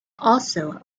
also